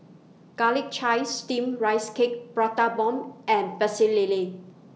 Garlic Chives Steamed Rice Cake Prata Bomb and Pecel Lele